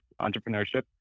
entrepreneurship